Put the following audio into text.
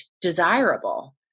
desirable